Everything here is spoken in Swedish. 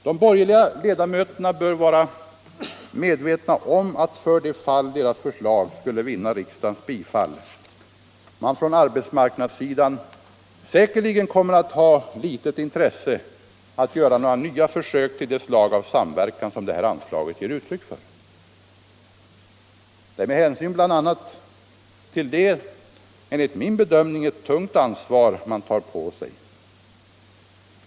De borgerliga ledamöterna bör vara medvetna om att, för det fall deras förslag skulle vinna riksdagns bifall, man från arbetsmarknadssidan säkerligen kommer att ha litet intresse att göra några nya försök till det slag av samverkan som det här anslaget är ett uttryck för. Det är med hänsyn bl.a. härtill enligt min bedömning ett tungt ansvar de borgerliga tar på sig.